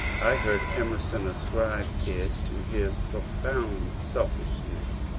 i heard emerson ascribe it to his profound selfishness,